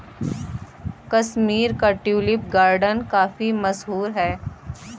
कश्मीर का tulip garden काफी मशहूर है